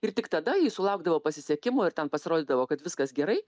ir tik tada jis sulaukdavo pasisekimo ir ten pasirodydavo kad viskas gerai